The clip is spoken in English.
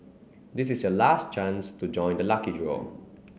this is your last chance to join the lucky draw